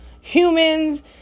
humans